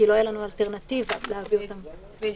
כי לא תהיה לנו אלטרנטיבה להביא אותם פיזית.